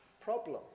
problem